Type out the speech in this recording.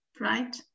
right